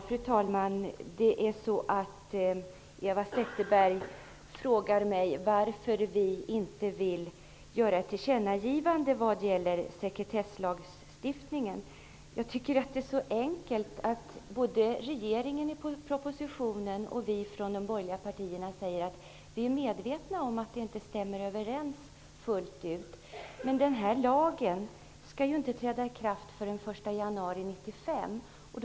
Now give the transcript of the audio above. Fru talman! Eva Zetterberg frågar mig varför vi inte vill göra ett tillkännagivande vad gäller sekretesslagstiftningen. Jag tycker att det är så enkelt. Både regeringen i propositionen och vi från de borgerliga partierna i betänkandet säger att vi är medvetna om att det inte stämmer överens fullt ut. Men den här lagen skall ju inte träda i kraft förrän den 1 januari 1995.